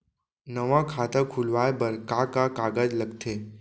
नवा खाता खुलवाए बर का का कागज लगथे?